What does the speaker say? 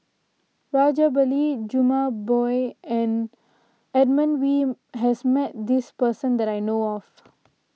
Rajabali Jumabhoy and Edmund Wee has met this person that I know of